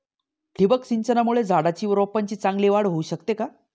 ठिबक सिंचनामुळे झाडाची व रोपांची चांगली वाढ होऊ शकते का?